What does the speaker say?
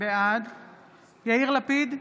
בעד יאיר לפיד,